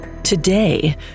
Today